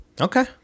Okay